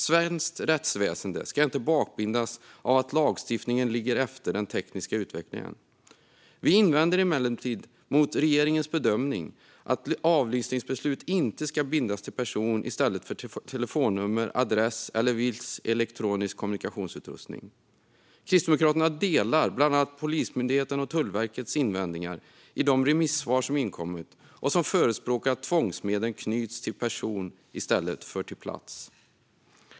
Svenskt rättsväsen ska inte bakbindas av att lagstiftningen ligger efter den tekniska utvecklingen. Vi invänder emellertid mot regeringens bedömning att avlyssningsbeslut inte ska bindas till person i stället för telefonnummer, adress eller viss elektronisk kommunikationsutrustning. Kristdemokraterna delar bland annat Polismyndighetens och Tullverkets invändningar i de remissvar som inkommit, där man förespråkar att tvångsmedlen knyts till person i stället för plats.